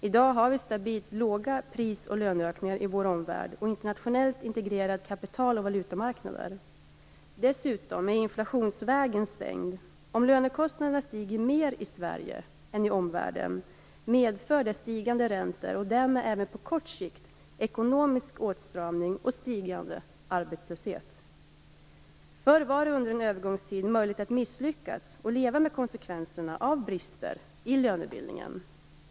I dag har vi stabilt låga pris och löneökningar i vår omvärld och internationellt integrerade kapital och valutamarknader. Dessutom är inflationsvägen stängd. Om lönekostnaderna stiger mer i Sverige än i omvärlden, medför det stigande räntor och därmed även på kort sikt ekonomisk åtstramning och stigande arbetslöshet. Förr var det under en övergångstid möjligt att misslyckas och leva med konsekvenserna av brister i lönebildningen.